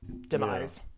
demise